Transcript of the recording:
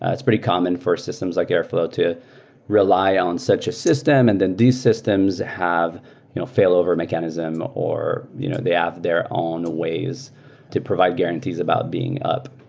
ah it's pretty common for systems like airflow to rely on such a system and and these systems have you know failover mechanism or you know they have their own ways to provide guarantees about being up.